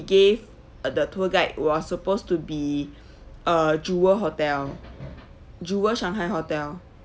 gave uh the tour guide was supposed to be uh jewel hotel jewel shanghai hotel